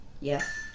yes